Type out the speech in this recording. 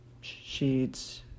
sheets